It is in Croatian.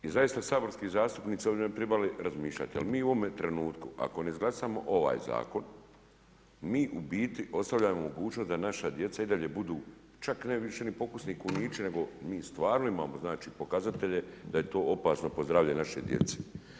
I zaista saborski zastupnici ovdje ne bi tribali razmišljati jel mi u ovome trenutku ako ne izglasamo ovaj zakon, mi u biti ostavljamo mogućnost da naša djeca i dalje budu čak ne više ni pokusni kunići nego mi stvarno imamo pokazatelje da je to opasno po zdravlje naše djece.